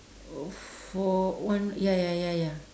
for one ya ya ya ya